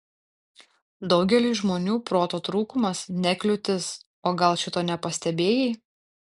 daugeliui žmonių proto trūkumas ne kliūtis o gal šito nepastebėjai